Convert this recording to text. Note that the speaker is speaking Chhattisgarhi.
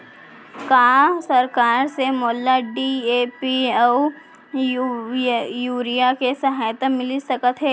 का सरकार से मोला डी.ए.पी अऊ यूरिया के सहायता मिलिस सकत हे?